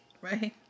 Right